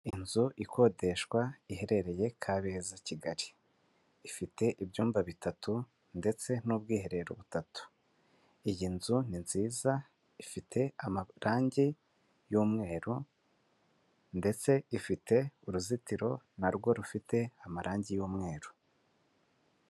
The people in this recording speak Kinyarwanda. Inzu ikodeshwa iherereye Kabeza-Kigali, ifite ibyumba bitatu ndetse n'ubwiherero butatu. Iyi nzu ni nziza ifite amarangi y'umweru ndetse ifite uruzitiro narwo rufite amarangi y'umweru.